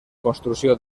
construcció